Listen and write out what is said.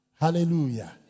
Hallelujah